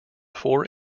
four